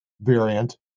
variant